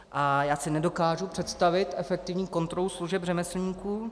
A já si nedokážu představit efektivní kontrolu služeb řemeslníků.